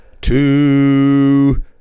two